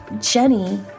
Jenny